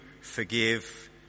forgive